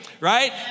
right